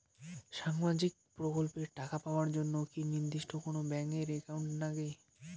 সামাজিক প্রকল্পের টাকা পাবার জন্যে কি নির্দিষ্ট কোনো ব্যাংক এর একাউন্ট লাগে?